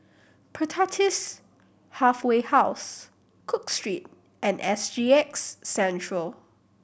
Pertapis Halfway House Cook Street and S G X Centre